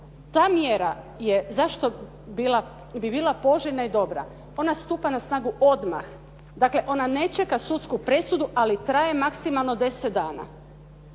Ta mjera je zašto bi bila poželjna i dobra? Ona stupa na snagu odmah. Dakle, ona ne čeka sudsku presudu, ali traje maksimalno 10 dana